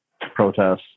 protests